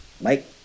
Mike